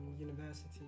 university